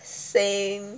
same